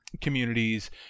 communities